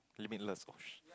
limitless option